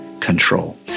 control